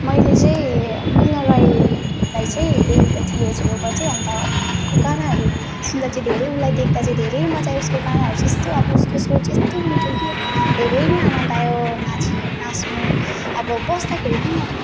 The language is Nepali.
मैले चाहिँ मेलिना राईलाई चाहिँ देखेको थिएँ छेउबाटै अन्त उसको गानाहरू सुन्दा चाहिँ धेरै उसलाई देख्दा चाहिँ धेरै म चाहिँ उसको गानाहरू यस्तो अब उसको स्वर चाहिँ यस्तो मिठो कि धेरै आनन्द आयो नाची नाच्नु अब बस्दाखेरि पनि अब